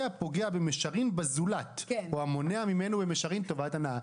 הפוגע במישרין בזולת או המונע ממנו במישרין טובת הנאה".